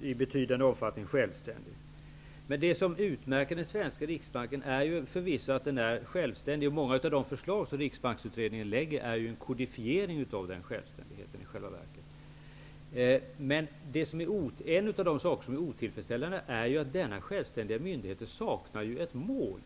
i betydande omfattning är självständig. Det som utmärker den svenska riksbanken är förvisso att den är självständig. Många av de förslag som Riksbanksutredningen lägger fram innebär i själva verket en kodifiering av den självständigheten. En av de saker som är otillfredsställande är att denna självständiga myndighet saknar ett angivet mål.